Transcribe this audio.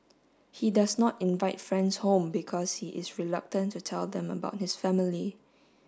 he does not invite friends home because he is reluctant to tell them about his family